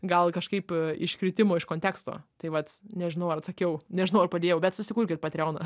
gal kažkaip iškritimo iš konteksto tai vat nežinau ar atsakiau nežinau ar padėjau bet susikurkit patreoną